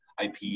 IP